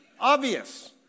Obvious